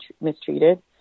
mistreated